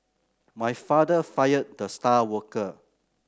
my father fired the star worker